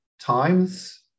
times